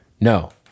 No